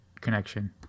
connection